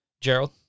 gerald